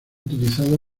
utilizado